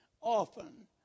often